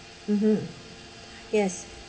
mmhmm yes